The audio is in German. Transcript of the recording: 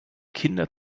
kinder